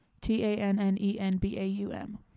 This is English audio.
T-A-N-N-E-N-B-A-U-M